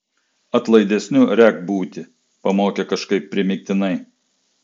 atlaidesniu rek būti pamokė kažkaip primygtinai